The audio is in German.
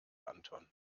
anton